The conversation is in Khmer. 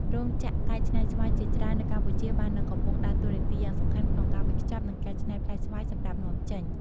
រោងចក្រកែច្នៃស្វាយជាច្រើននៅកម្ពុជា បាននឹងកំពុងដើរតួនាទីយ៉ាងសំខាន់ក្នុងការវេចខ្ចប់ និងកែច្នៃផ្លែស្វាយសម្រាប់នាំចេញ។